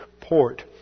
port